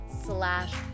slash